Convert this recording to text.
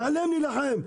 ועליהם נילחם.